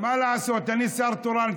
מה לעשות, אני שר תורן.